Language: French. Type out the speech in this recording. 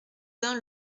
dun